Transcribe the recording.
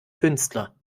künstler